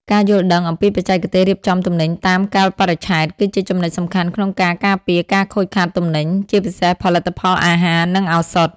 ការយល់ដឹងអំពីបច្ចេកទេសរៀបចំទំនិញតាមកាលបរិច្ឆេទ គឺជាចំណុចសំខាន់ក្នុងការការពារការខូចខាតទំនិញ ជាពិសេសផលិតផលអាហារ និងឱសថ។